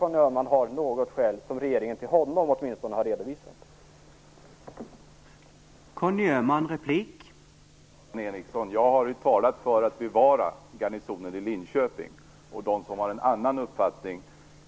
Kanske har regeringen till Conny Öhman redovisat något skäl för detta.